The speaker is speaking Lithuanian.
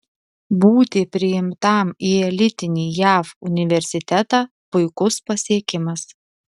būti priimtam į elitinį jav universitetą puikus pasiekimas